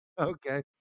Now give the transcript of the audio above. Okay